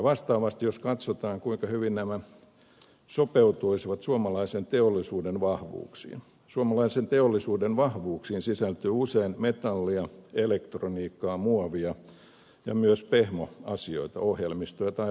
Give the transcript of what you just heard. vastaavasti jos katsotaan kuinka hyvin nämä sopeutuisivat suomalaisen teollisuuden vahvuuksiin niin suomalaisen teollisuuden vahvuuksiin sisältyy usein metallia elektroniikkaa muovia ja myös pehmoasioita ohjelmistoja tai vastaavia palveluja